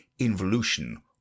involution